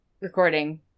recording